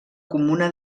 comuna